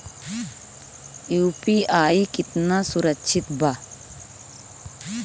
UPI कितना सुरक्षित बा?